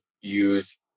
use